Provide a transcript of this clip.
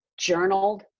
journaled